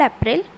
April